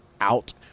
out